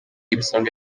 ibisonga